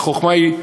החוכמה היא,